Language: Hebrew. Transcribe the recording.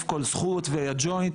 "כל זכות" והג'וינט,